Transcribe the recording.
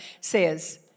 says